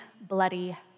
bloody